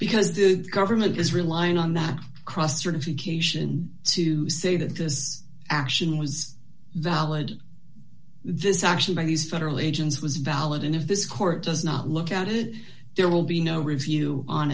because the government is relying on that cross certification to say that this action was valid this action by these federal agents was valid and if this court does not look at it there will be no review on